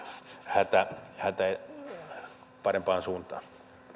hätä hätä parempaan suuntaan